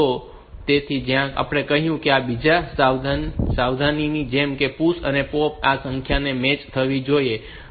તો તેથી જ આપણે કહ્યું છે કે આ બીજી સાવધાની છે કે PUSH અને POP ની આ સંખ્યા મેચ થવી જોઈએ